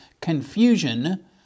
confusion